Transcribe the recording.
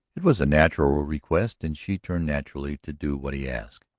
it was a natural request and she turned naturally to do what he asked.